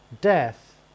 Death